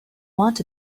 want